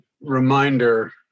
reminder